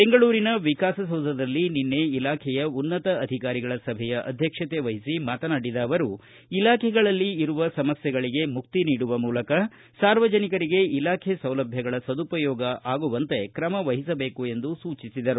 ಬೆಂಗಳೂರಿನ ವಿಕಾಸಸೌಧದಲ್ಲಿ ನಿನ್ನೆ ಇಲಾಖೆಯ ಉನ್ನತ ಅಧಿಕಾರಿಗಳ ಸಭೆಯ ಅಧ್ಯಕ್ಷತೆ ವಹಿಸಿ ಮಾತನಾಡಿದ ಅವರು ಇಲಾಖೆಗಳಲ್ಲಿ ಇರುವ ಸಮಸ್ಥೆಗಳಿಗೆ ಮುಕ್ತ ನೀಡುವ ಮೂಲಕ ಸಾರ್ವಜನಿಕರಿಗೆ ಇಲಾಖೆಯ ಸೌಲಭ್ಯಗಳ ಸದುಪಯೋಗವಾಗುವಂತೆ ಕ್ರಮ ವಹಿಸಬೇಕು ಎಂದರು